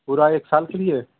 पूरा एक साल के लिए